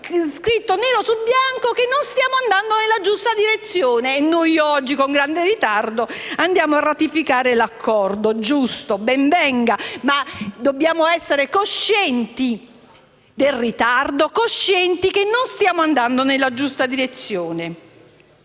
scritto, nero su bianco, che non stiamo andando nella giusta direzione e oggi, con grande ritardo, andiamo a ratificare l'Accordo. Giusto, ben venga, ma dobbiamo essere coscienti del ritardo, coscienti del fatto che non stiamo andando nella giusta direzione.